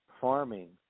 farming